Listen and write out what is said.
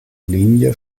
linie